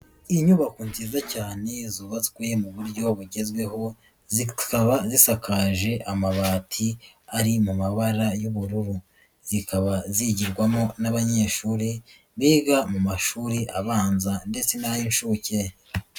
Inyubako nziza cyane zubatswe mu buryo bugezweho, zikaba zisakaje amabati ari mu mabara y'ubururu, zikaba zigirwamo n'abanyeshuri biga mu mashuri abanza ndetse n'ay'inshuke.